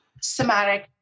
somatic